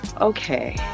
okay